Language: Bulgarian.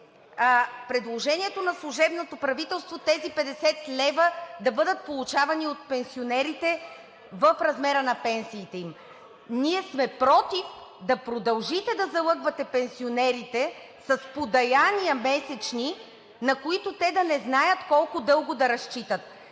предложението на служебното правителство тези 50 лв. да бъдат получавани от пенсионерите в размера на пенсиите им. Ние сме против да продължите да залъгвате пенсионерите с месечни подаяния, на които те да не знаят колко дълго да разчитат.